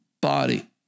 body